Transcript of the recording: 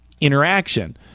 interaction